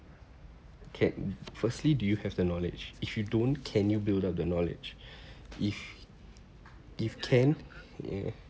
can firstly do you have the knowledge if you don't can you build up the knowledge if if can ya